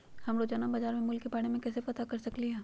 हम रोजाना बाजार के मूल्य के के बारे में कैसे पता कर सकली ह?